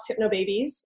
hypnobabies